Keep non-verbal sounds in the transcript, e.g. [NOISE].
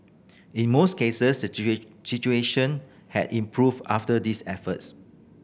in most cases [UNINTELLIGIBLE] situation had improved after these efforts